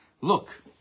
Look